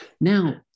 Now